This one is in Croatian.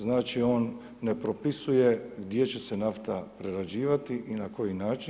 Znači, on ne propisuje gdje će se nafta prerađivati i na koji način.